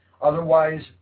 Otherwise